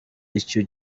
icyo